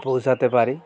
পৌঁছতে পারি